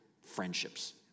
friendships